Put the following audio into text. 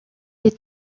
des